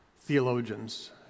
theologians